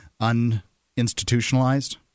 uninstitutionalized